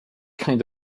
kind